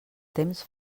temps